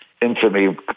infamy